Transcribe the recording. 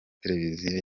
televiziyo